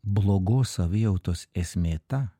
blogos savijautos esmė ta